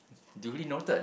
duly noted